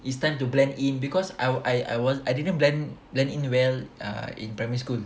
it's time to blend in because I I won't I didn't blend blend in well err in primary school